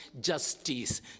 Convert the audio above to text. justice